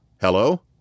Hello